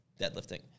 deadlifting